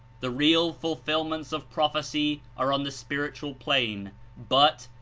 the real fulfilments of prophecy are on the spiritual plane but,